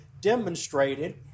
demonstrated